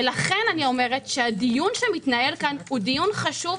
לכן הדיון שמתנהל פה חשוב.